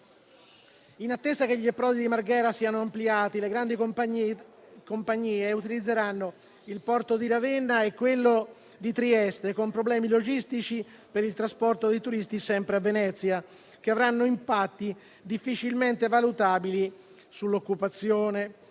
In attesa che gli approdi di Marghera siano ampliati, le grandi compagnie utilizzeranno il porto di Ravenna e quello di Trieste, con problemi logistici per il trasporto dei turisti a Venezia, che avranno impatti difficilmente valutabili sull'occupazione.